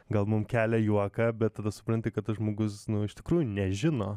gal mums kelia juoką bet tada supranti kad tas žmogus nu iš tikrųjų nežino